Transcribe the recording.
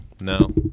No